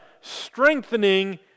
strengthening